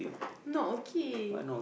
not okay